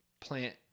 plant